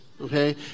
okay